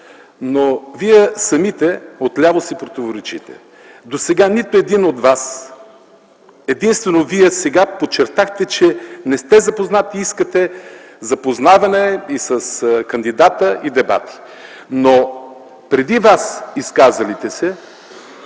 Но вие самите отляво си противоречите. Досега нито един от вас, единствено Вие сега подчертахте, че не сте запознат и искате запознаване и с кандидата, и дебати. Но всички до един от изказалите се